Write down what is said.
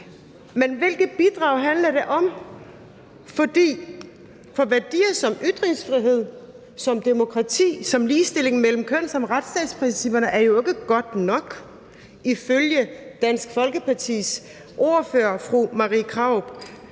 Men hvilket bidrag handler det om? For værdier som ytringsfrihed, som demokrati, som ligestilling mellem kønnene, som retsstatsprincipperne er jo ikke godt nok ifølge Dansk Folkepartis ordfører, fru Marie Krarup.